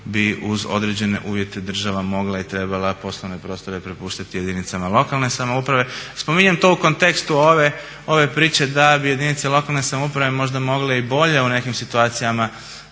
bi uz određene uvjete država mogla i trebala poslovne prostore prepustiti jedinicama lokalne samouprave. Spominjem to u kontekstu ove priče da bi jedinice lokalne samouprave možda mogle i bolje u nekim situacijama